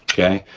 okay.